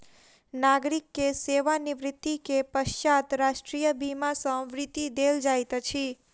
नागरिक के सेवा निवृत्ति के पश्चात राष्ट्रीय बीमा सॅ वृत्ति देल जाइत अछि